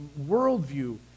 worldview